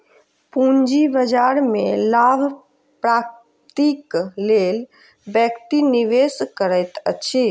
पूंजी बाजार में लाभ प्राप्तिक लेल व्यक्ति निवेश करैत अछि